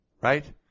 right